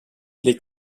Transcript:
les